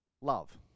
Love